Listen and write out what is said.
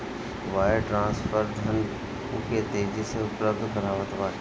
wire transfer धन के तेजी से उपलब्ध करावत बाटे